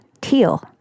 teal